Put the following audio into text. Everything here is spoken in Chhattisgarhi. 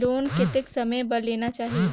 लोन कतेक समय बर लेना चाही?